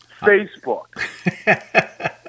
Facebook